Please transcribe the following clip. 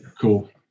Cool